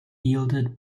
yielded